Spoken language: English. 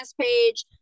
page